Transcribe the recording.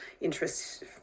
interest